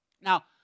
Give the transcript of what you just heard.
Now